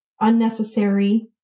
unnecessary